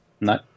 No